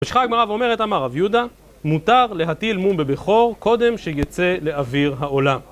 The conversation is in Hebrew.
ממשיכה הגמרא ואומרת, אמר רב יהודה, מותר להטיל מום בבכור קודם שיצא לאוויר העולם